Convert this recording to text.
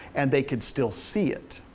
and they can still see it.